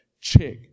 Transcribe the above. check